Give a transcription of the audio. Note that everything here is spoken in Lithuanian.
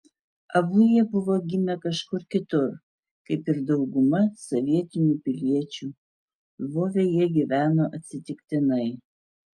abu jie buvo gimę kažkur kitur kaip ir dauguma sovietinių piliečių lvove jie gyveno atsitiktinai